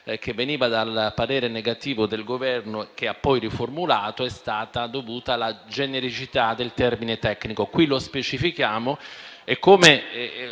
che veniva dal parere contrario del Governo, che ha poi riformulato, era dovuta alla genericità del termine «tecnico». Qui lo specifichiamo e, come